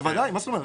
מה זאת אומרת?